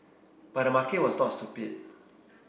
but the market was not stupid